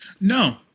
No